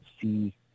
see